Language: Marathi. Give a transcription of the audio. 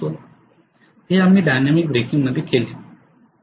हे आम्ही डायनॅमिक ब्रेकिंगमध्ये केले